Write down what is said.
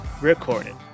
recorded